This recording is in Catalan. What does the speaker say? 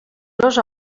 los